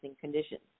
conditions